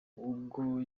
ubwo